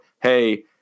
hey